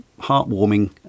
heartwarming